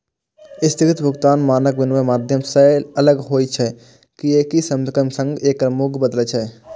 स्थगित भुगतान मानक विनमय माध्यम सं अलग होइ छै, कियैकि समयक संग एकर मूल्य बदलै छै